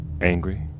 angry